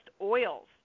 oils